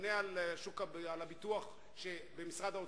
לממונה על שוק הביטוח במשרד האוצר,